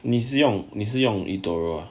你是用你是用 etoro ah